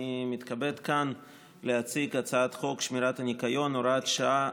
אני מתכבד להציג כאן את הצעת חוק שמירת הניקיון (הוראת שעה,